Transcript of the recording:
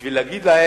בשביל להגיד להם: